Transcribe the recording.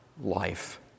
life